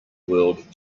world